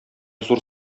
зур